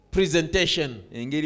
Presentation